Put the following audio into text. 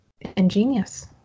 ingenious